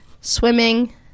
swimming